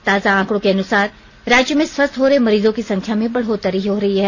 ताजा आंकड़ों के अनुसार राज्य में स्वस्थ हो रहे मरीजों की संख्या में बढ़ोतरी हो रही है